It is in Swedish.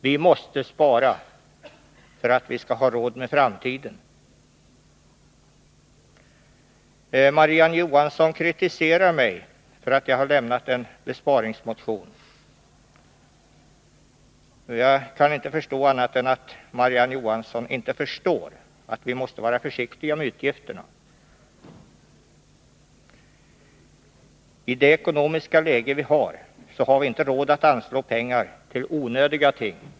Vi måste spara för att ha råd med framtiden. Marie-Ann Johansson kritiserar mig för att jag har väckt en besparingsmotion. Jag kan inte förstå annat än att Marie-Ann Johansson inte begriper att vi måste vara försiktiga med utgifterna. I det nuvarande ekonomiska läget har vi inte råd att anslå pengar till onödiga ting.